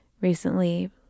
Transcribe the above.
recently